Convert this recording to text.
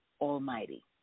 Almighty